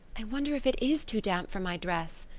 i wonder if it is too damp for my dress,